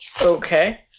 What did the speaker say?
Okay